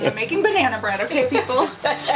and making banana bread, okay people.